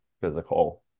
physical